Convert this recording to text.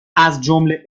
ازجمله